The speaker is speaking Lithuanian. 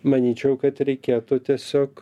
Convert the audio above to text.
manyčiau kad reikėtų tiesiog